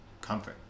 comfort